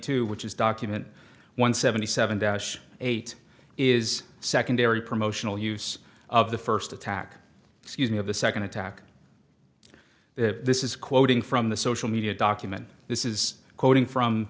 two which is document one seventy seven dash eight is secondary promotional use of the first attack using of the second attack this is quoting from the social media document this is quoting